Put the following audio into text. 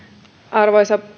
arvoisa